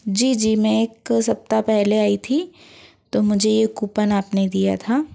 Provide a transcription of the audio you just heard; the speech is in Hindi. जी जी मैं एक सप्ताह पहले आई थी तो मुझे ये कूपन आपने दिया था